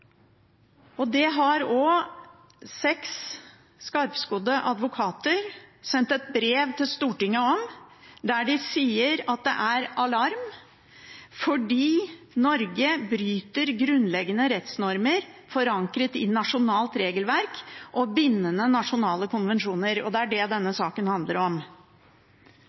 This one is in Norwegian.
og det har også seks skarpskodde advokater sendt et brev til Stortinget om, der de slår alarm fordi Norge bryter «grunnleggende rettsnormer forankret i nasjonalt regelverk og bindende konvensjoner». Det er det denne saken handler om.